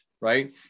right